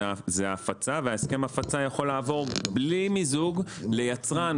ההפצה והסכם ההפצה יכול לעבור בלי מיזוג ליצרן,